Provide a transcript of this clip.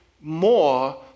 more